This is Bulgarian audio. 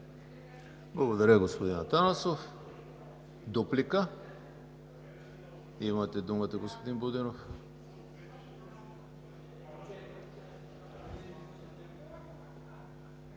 Благодаря, господин Атанасов. Имате думата, господин Будинов,